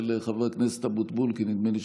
חברת הכנסת מואטי, אל תסיתו נגדנו.